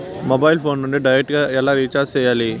mobile phone నుండి direct గా ఎలా రీచార్జి సేయాలి